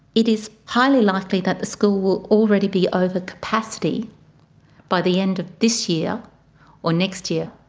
it is highly likely that the school will already be over capacity by the end of this year or next year.